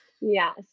Yes